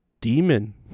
demon